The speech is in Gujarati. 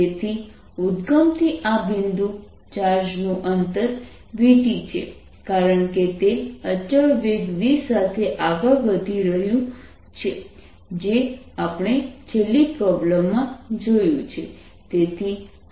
તેથી ઉદ્દગમથી આ બિંદુ ચાર્જ નું અંતર vt છે કારણ કે તે અચળ વેગ v સાથે આગળ વધી રહ્યું છે જે આપણે છેલ્લી પ્રોબ્લેમમાં જોયું છે